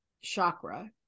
chakra